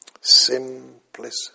Simplicity